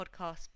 podcast